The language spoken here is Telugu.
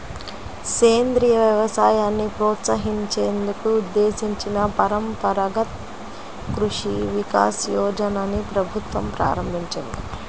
సేంద్రియ వ్యవసాయాన్ని ప్రోత్సహించేందుకు ఉద్దేశించిన పరంపరగత్ కృషి వికాస్ యోజనని ప్రభుత్వం ప్రారంభించింది